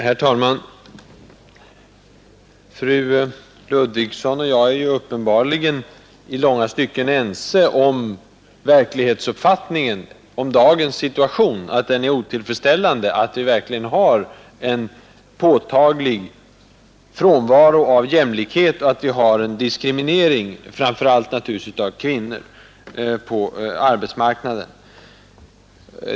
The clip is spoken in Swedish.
Herr talman! Fru Ludvigsson och jag är uppenbarligen i långa stycken överens om att dagens situation är otillfredsställande och att vi verkligen har en påtaglig brist på jämlikhet och en diskriminering, framför allt naturligtvis av kvinnor, på arbetsmarknaden.